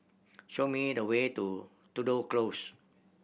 show me the way to Tudor Close